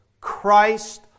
Christ